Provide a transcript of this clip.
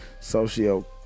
socio